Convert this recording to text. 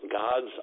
God's